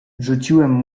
rzuciłem